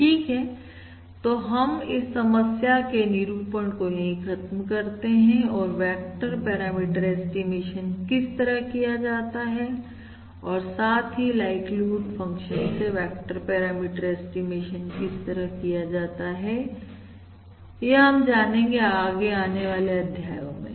ठीक है तो हम इस समस्या के निरूपण को यहीं खत्म करते हैं और वेक्टर पैरामीटर ऐस्टीमेशन किस तरह किया जाता है और साथ ही लाइक्लीहुड फंक्शन से वेक्टर पैरामीटर ऐस्टीमेशन किस तरह किया जाता है यह हम जानेंगे आगे आने वाले अध्यायो में